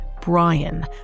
Brian